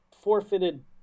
forfeited